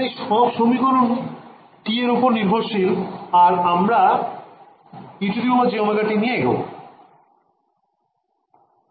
তাই সব সমীকরণ t এর ওপর নির্ভরশীল আর আমরা ejωt নিয়ে এগোবো